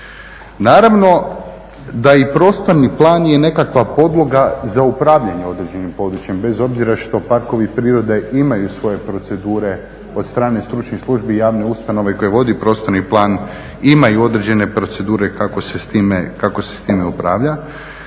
Naravno da i prostorni plan je nekakva podloga za upravljanje određenim područjem, bez obzira što parkovi prirode imaju svoje procedure od strane stručnih službi i javne ustanove koja vodi prostorni plan, imaju određene procedure kako se s time upravlja.